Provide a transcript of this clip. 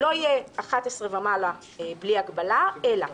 לא יהיה 11 חברי כנסת ומעלה בלי הגבלה אלא